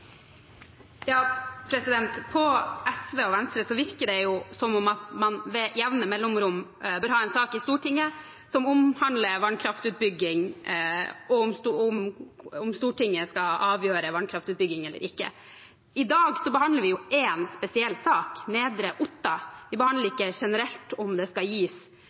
På SV og Venstre virker det som om man med jevne mellomrom bør ha en sak i Stortinget som omhandler vannkraftutbygging, og om Stortinget skal avgjøre vannkraftutbygging eller ikke. I dag behandler vi én spesiell sak: Nedre Otta. Vi behandler ikke om det generelt skal gis